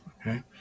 Okay